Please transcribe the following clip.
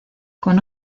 con